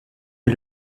est